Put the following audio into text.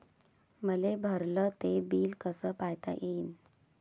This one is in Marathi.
मले भरल ते बिल कस पायता येईन?